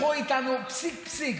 שהלכו איתנו פסיק-פסיק,